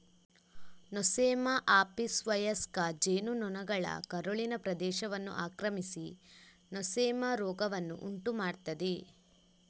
Nosema ಆಪಿಸ್ವಯಸ್ಕ ಜೇನು ನೊಣಗಳ ಕರುಳಿನ ಪ್ರದೇಶವನ್ನು ಆಕ್ರಮಿಸಿ ನೊಸೆಮಾ ರೋಗವನ್ನು ಉಂಟು ಮಾಡ್ತದೆ